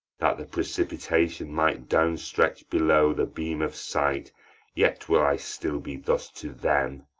that the precipitation might down stretch below the beam of sight yet will i still be thus to them.